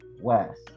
West